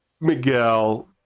Miguel